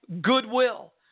goodwill